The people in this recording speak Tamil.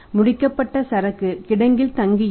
முடிக்கப்பட்ட சரக்கு கிடங்கில் தங்கியிருக்கும்